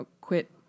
quit